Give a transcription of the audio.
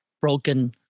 broken